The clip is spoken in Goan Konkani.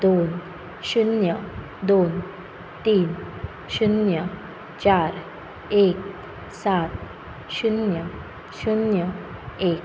दोन शुन्य दोन तीन शुन्य चार एक सात शुन्य शुन्य एक